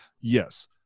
Yes